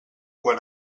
quan